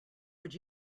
would